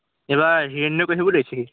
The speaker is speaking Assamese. এইবাৰ হিৰণ্যকসিপু লৈছে সি